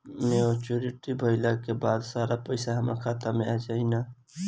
Maturity भईला के बाद सारा पईसा हमार खाता मे आ जाई न?